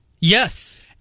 Yes